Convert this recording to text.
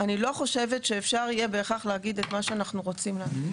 אני לא חושבת שאפשר יהיה בהכרח להגיד את מה שאנחנו רוצים להגיד.